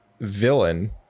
villain